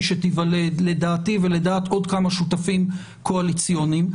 שתיוולד לדעתי ולדעת עוד כמה שותפים קואליציוניים.